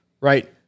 Right